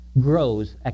Grows